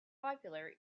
popular